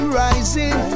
rising